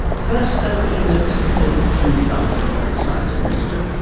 first though he notes the fate of kim carr, the science minister,